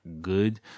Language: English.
good